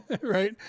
right